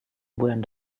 bulan